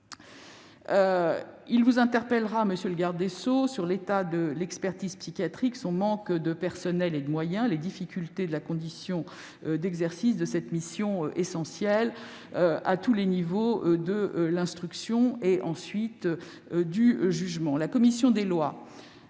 Il vous interpellera, monsieur le garde des sceaux, sur l'état de l'expertise psychiatrique, son manque de personnel et de moyens, et les difficultés des conditions d'exercice de cette mission essentielle à tous les niveaux de l'instruction et du jugement. La commission des lois